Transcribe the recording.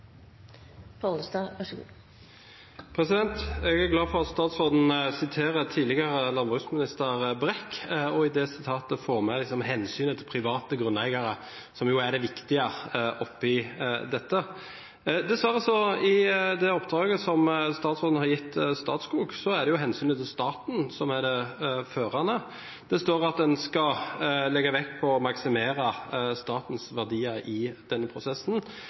glad for at statsråden siterer tidligere landbruksminister Brekk, og i det sitatet får med hensynet til private grunneiere, som er det viktige oppi dette. Dessverre er det i det oppdraget som statsråden har gitt Statskog, hensynet til staten som er det førende. Det står at en skal legge vekt på å maksimere statens verdier i denne prosessen.